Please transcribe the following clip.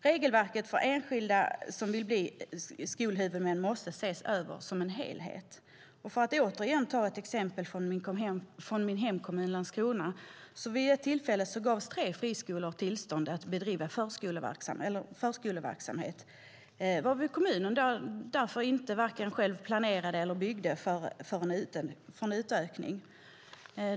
Regelverket för enskilda som vill bli skolhuvudmän måste ses över som helhet. För att återigen ta ett exempel från min hemkommun Landskrona gavs vid ett tillfälle tre friskolor tillstånd att driva förskoleverksamhet, varvid kommunen därför själv inte planerade eller byggde för en utökning.